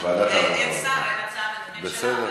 אין שר, אין תשובת הממשלה,